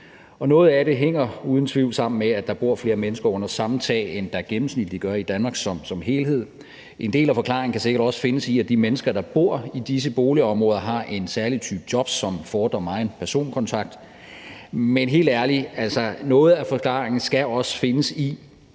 noget af det hænger uden tvivl sammen med, at der bor flere mennesker under samme tag, end der gennemsnitlig gør i Danmark som helhed. En del af forklaringen kan sikkert også findes i, at de mennesker, der bor i disse boligområder, har en særlig type jobs, som fordrer megen personkontakt. Men helt ærligt, noget af forklaringen skal også findes i,